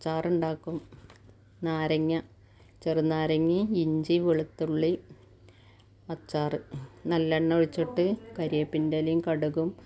അച്ചാറുണ്ടാക്കും നാരങ്ങ ചെറുനാരങ്ങ ഇഞ്ചി വെളുത്തുള്ളി അച്ചാർ നല്ലെണ്ണ ഒഴിച്ചിട്ട് കാരിയേപ്പിൻറ്റെലേം കടുകും